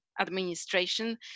administration